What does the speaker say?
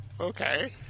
okay